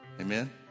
Amen